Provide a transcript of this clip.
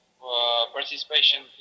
participation